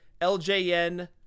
LJN